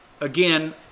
again